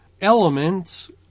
elements